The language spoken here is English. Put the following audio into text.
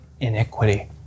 iniquity